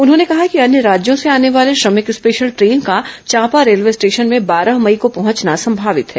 उन्होंने कहा कि अन्य राज्यों से आने वाले श्रमिक स्पेशल ट्रेन का चांपा रेलवे स्टेशन में बारह मई को पहुंचना संभावित है